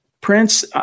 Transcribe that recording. Prince